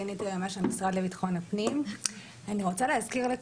אני רוצה להזכיר לכולם,